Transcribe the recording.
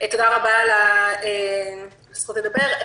תודה רבה על הזכות לדבר.